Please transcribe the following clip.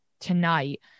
tonight